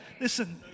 Listen